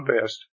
best